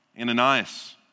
Ananias